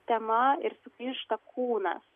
tema ir sugrįžta kūnas